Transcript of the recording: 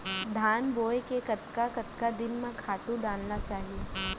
धान बोए के कतका कतका दिन म खातू डालना चाही?